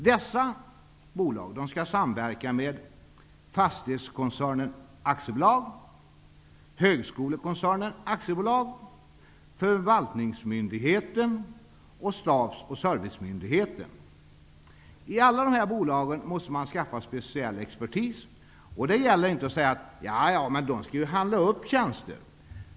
Dessa bolag skall samverka med Fastighetskoncernen AB, Högskolekoncernen AB, förvaltningsmyndigheten och stabs och servicemyndigheten. I alla dessa bolag måste man skaffa speciell expertis. Det hjälper inte att säga att man skall handla upp tjänster.